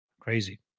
Crazy